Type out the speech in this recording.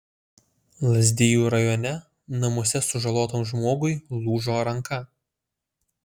lazdijų rajone namuose sužalotam žmogui lūžo ranka